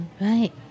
Right